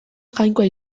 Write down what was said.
jainkoa